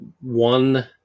One